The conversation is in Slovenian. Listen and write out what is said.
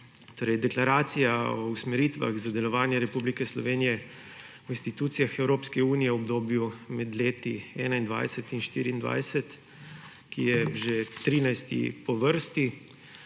vsem! Deklaracija o usmeritvah za delovanje Republike Slovenije v institucijah Evropske unije v obdobju 2021–2024, ki je že 13. dokument